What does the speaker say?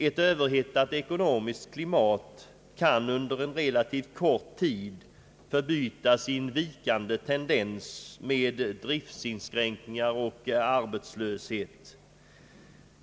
Ett överhettat ekonomiskt klimat kan under relativt kort tid förbytas i en vikande tendens med driftsinskränkningar och arbetslöshet.